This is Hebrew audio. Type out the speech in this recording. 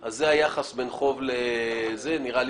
זה היחס בין החוב למחיר הגבייה.